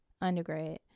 undergrad